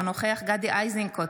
אינו נוכח גדי איזנקוט,